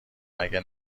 مگه